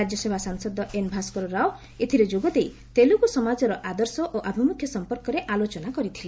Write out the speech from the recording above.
ରାଜ୍ୟସଭା ସାଂସଦ ଏନ୍ ଭାସ୍କରରାଓ ଏଥିରେ ଯୋଗଦେଇ ତେଲେଗୁ ସମାଜର ଆଦର୍ଶ ଓ ଆଭିମୁଖ୍ୟ ସଂପର୍କରେ ଆଲୋଚନା କରିଥିଲେ